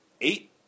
eight